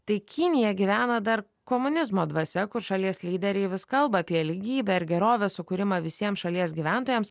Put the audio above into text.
tai kinija gyvena dar komunizmo dvasia kur šalies lyderiai vis kalba apie lygybę ir gerovės sukūrimą visiems šalies gyventojams